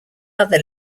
other